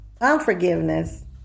unforgiveness